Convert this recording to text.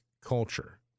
culture